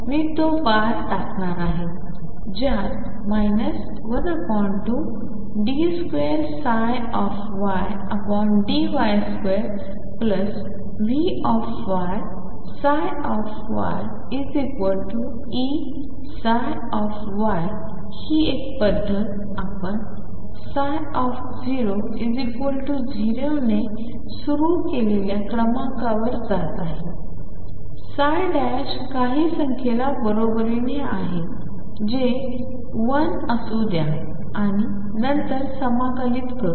तर मी तो बार टाकणार आहे ज्यात 12d2ydy2V ψyEψ हि एक पद्धत आपण 00 ने सुरू केलेल्या क्रमांकावर जात आहोत काही संख्येला बरोबरीने आहे जे 1 असू द्या आणि नंतर समाकलित करू